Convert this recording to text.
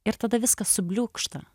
ir tada viskas subliūkšta